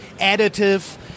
additive